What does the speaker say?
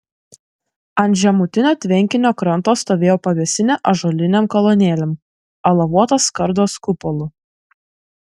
ant žemutinio tvenkinio kranto stovėjo pavėsinė ąžuolinėm kolonėlėm alavuotos skardos kupolu